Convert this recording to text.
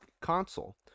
console